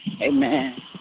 Amen